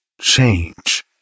change